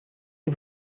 die